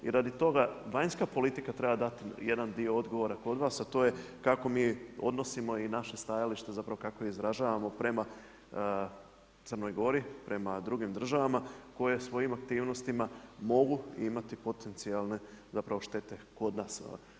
I radi toga, vanjska politika treba dati jedan dio odgovora kod vas, a to je kako mi odnosimo i naše stajalište, zapravo kako ju izražavamo prema Crnoj Gori, prema drugim državama, koje svojim aktivnostima mogu imati potencijalne štete kod nas.